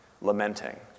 Lamenting